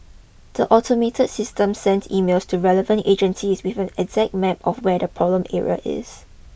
the automated system sends emails to relevant agencies with an exact map of where the problem area is